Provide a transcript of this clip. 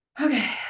Okay